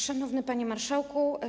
Szanowny Panie Marszałku!